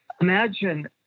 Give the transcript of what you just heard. Imagine